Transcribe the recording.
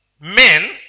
men